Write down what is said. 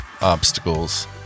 obstacles